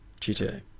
GTA